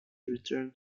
return